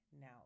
now